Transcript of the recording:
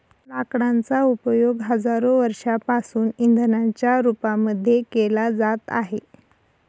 लाकडांचा उपयोग हजारो वर्षांपासून इंधनाच्या रूपामध्ये केला जात आहे